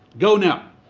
go now,